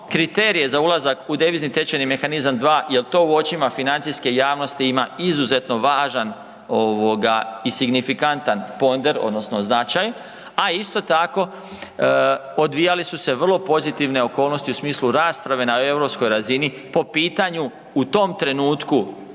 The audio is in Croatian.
kriterije za ulazak u devizni tečajni mehanizam 2 jel to u očima financijske javnosti ima izuzetno važan ovoga i signifikantan ponder odnosno značaj. A isto tako odvijale su se vrlo pozitivne okolnosti u smislu rasprave na europskoj razini po pitanju u tom trenutku